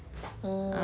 oh